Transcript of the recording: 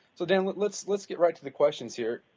so, dan, let's let's get right to the questions here,